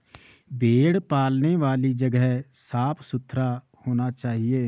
भेड़ पालने वाली जगह साफ सुथरा होना चाहिए